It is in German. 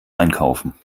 einkaufen